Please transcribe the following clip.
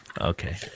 Okay